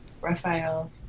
Raphael